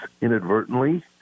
inadvertently